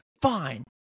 fine